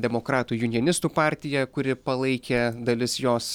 demokratų junionistų partija kuri palaikė dalis jos